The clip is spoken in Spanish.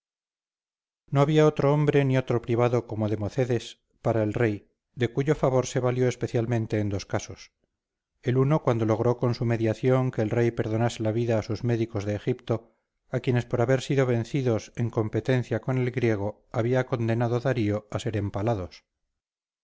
no había otro hombre ni otro privado como democedes para el rey de cuyo favor se valió especialmente en dos casos el uno cuando logró con su mediación que el rey perdonase la vida a sus médicos de egipto a quienes por haber sido vencidos en competencia con el griego había condenado darío a ser empalados